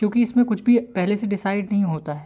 क्योंकि इसमें कुछ भी पहले से डिसाइड नहीं होता है